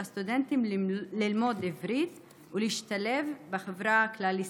הסטודנטים ללמוד עברית ולהשתלב בחברה הכלל-ישראלית.